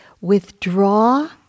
withdraw